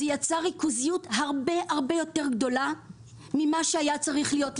זה יצר ריכוזיות הרבה יותר גדולה ממה שהיה צריך להיות.